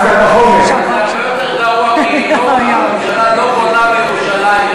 הממשלה לא בונה בירושלים.